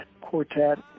quartet